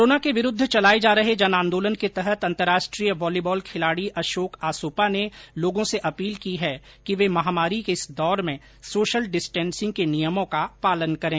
corona के विरूद्व चलाए जा रहे जन आंदोलन के तहत अंतर्राष्ट्रीय बालीबाल खिलाड़ी अशोक आसोपा ने लोगों से अपील की है कि वे महामारी के इस दौर में सोशल डिस्टेंसिंग के नियमों का पालन करें